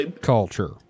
culture